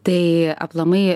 tai aplamai